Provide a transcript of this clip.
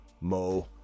Mo